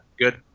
good